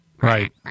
Right